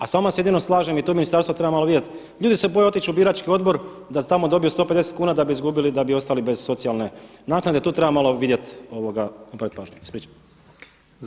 A s vama se jedino slažem i to ministarstvo treba malo vidjeti, ljudi se boje otići u birački odbor da tamo dobije 150 kuna da bi izgubili da bi ostali bez socijalne naknade, tu treba malo vidjet i … pažnju.